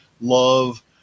love